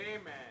amen